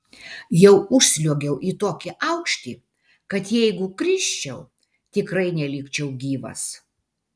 jau užsliuogiau į tokį aukštį kad jeigu krisčiau tikrai nelikčiau gyvas